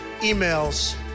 emails